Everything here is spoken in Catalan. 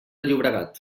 llobregat